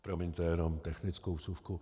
Promiňte, jenom technickou vsuvku.